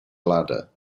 ladder